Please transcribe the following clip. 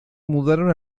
mudaron